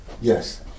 Yes